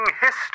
history